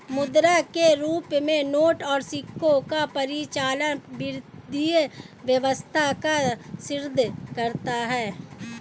मुद्रा के रूप में नोट और सिक्कों का परिचालन वित्तीय व्यवस्था को सुदृढ़ करता है